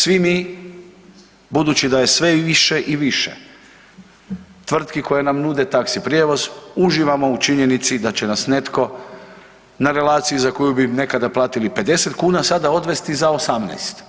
Svi mi budući da je sve više i više tvrtki koje nam nude taksi prijevoz uživamo u činjenici da će nas netko na relaciji za koju bi nekada platili 50 kuna sada odvesti za 18.